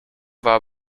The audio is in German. war